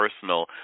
personal